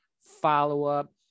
follow-up